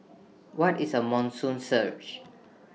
what is A monsoon surge